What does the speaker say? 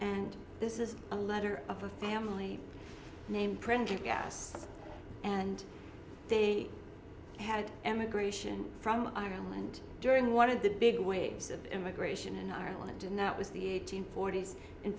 and this is a letter of a family name printed gas and they had emigration from ireland during one of the big waves of immigration in ireland and that was the eight hundred forty s and